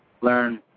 learn